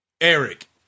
Eric